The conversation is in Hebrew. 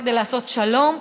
כדי לעשות שלום,